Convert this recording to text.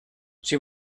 she